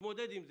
נתמודד עם זה.